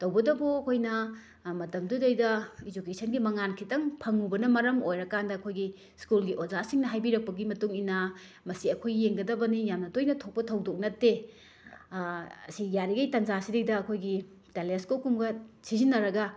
ꯇꯧꯕꯇꯕꯨ ꯑꯩꯈꯣꯏꯅ ꯃꯇꯝꯗꯨꯗꯩꯗ ꯏꯖꯨꯀꯦꯁꯟꯒꯤ ꯃꯉꯥꯟ ꯈꯤꯇꯪ ꯐꯪꯉꯨꯕꯅ ꯃꯔꯝ ꯑꯣꯏꯔ ꯀꯥꯟꯗ ꯑꯩꯈꯣꯏꯒꯤ ꯁ꯭ꯀꯨꯜꯒꯤ ꯑꯣꯖꯥꯁꯤꯡꯅ ꯍꯥꯏꯕꯤꯔꯛꯄꯒꯤ ꯃꯇꯨꯡ ꯏꯟꯅ ꯃꯁꯤ ꯑꯩꯈꯣꯏ ꯌꯦꯡꯒꯗꯕꯅꯤ ꯌꯥꯝꯅ ꯇꯣꯏꯅ ꯊꯣꯛꯄ ꯊꯧꯗꯣꯛ ꯅꯠꯇꯦ ꯑꯁꯤ ꯌꯥꯔꯤꯒꯩ ꯇꯥꯟꯖꯥꯁꯤꯗꯩꯗ ꯑꯩꯈꯣꯏꯒꯤ ꯇꯦꯂꯦꯁꯀꯣꯞ ꯀꯨꯝꯕ ꯁꯤꯖꯤꯟꯅꯔꯒ